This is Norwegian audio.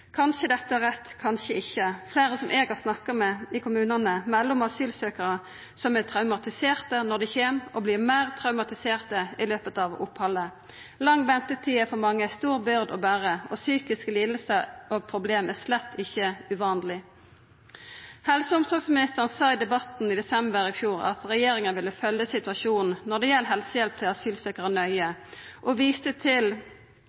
Kanskje dette er rett – kanskje ikkje. Fleire av dei som eg har snakka med i kommunane, melder om asylsøkjarar som er traumatiserte når dei kjem, og som vert meir traumatiserte av opphaldet. Lang ventetid er for mange ei stor bør å bera, og psykiske lidingar og problem er slett ikkje uvanleg. Helse- og omsorgsministeren sa i debatten i desember i fjor at regjeringa ville følgja situasjonen når det gjeld helsehjelp til asylsøkjarar, nøye, og viste heilt korrekt til